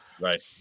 Right